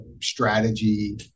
strategy